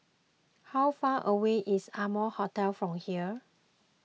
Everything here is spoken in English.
how far away is Amoy Hotel from here